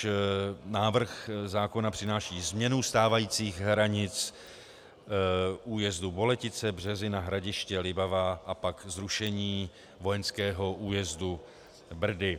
Náš návrh zákona přináší změnu stávajících hranic újezdu Boletice, Březina, Hradiště, Libavá a pak zrušení vojenského újezdu Brdy.